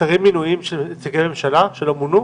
חסרים מנויים של נציגי ממשלה שלא מונו?